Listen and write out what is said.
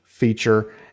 feature